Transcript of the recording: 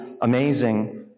amazing